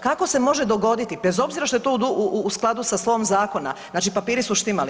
Kako se može dogoditi bez obzira što je to u skladu sa slovom zakona znači papiri su štimali.